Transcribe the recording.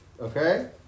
okay